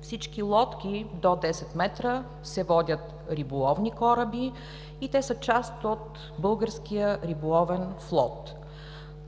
Всички лодки до 10 метра се водят риболовни кораби и са част от българския риболовен флот.